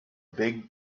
big